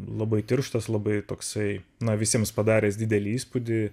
labai tirštas labai toksai na visiems padaręs didelį įspūdį